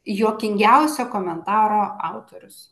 juokingiausio komentaro autorius